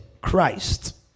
christ